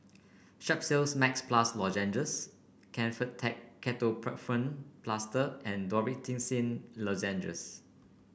Strepsils Max Plus Lozenges Kefentech Ketoprofen Plaster and Dorithricin Lozenges